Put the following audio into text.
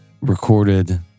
recorded